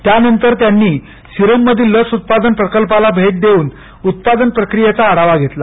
त्यानंतर त्यांनी सिरम मधील लस उत्पादन प्रकल्पाला भेट देऊन उत्पादन प्रक्रियेचा आढावा घेतला